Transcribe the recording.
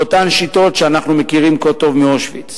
באותן שיטות שאנחנו מכירים כה טוב מאושוויץ.